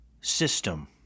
system